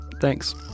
thanks